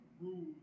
Rules